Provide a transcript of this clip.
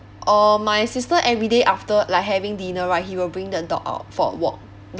uh my sister everyday after like having dinner right he will bring the dog out for a walk